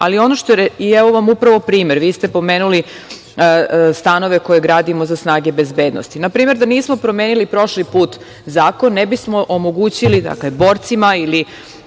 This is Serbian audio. neko prošlo vreme. Evo vam upravo primer, vi ste pomenuli stanove koje gradimo za snage bezbednosti. Na primer, da nismo promenili prošli put zakon, ne bismo omogućili borcima ili